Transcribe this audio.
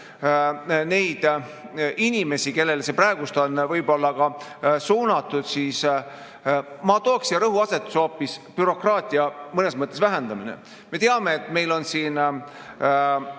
neid inimesi, kellele see praegu on suunatud, siis ma tooksin siin rõhuasetusena hoopis bürokraatia mõnes mõttes vähendamise. Me teame, et meile on siia